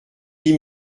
dix